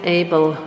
able